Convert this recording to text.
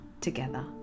together